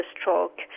stroke